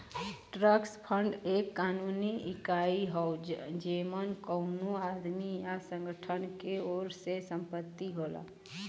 trust fund एक कानूनी इकाई हौ जेमन कउनो आदमी या संगठन के ओर से संपत्ति होला